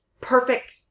perfect